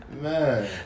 Man